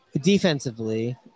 defensively